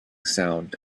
sound